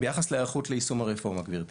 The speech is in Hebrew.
ביחס להיערכות ליישום הרפורמה, גברתי,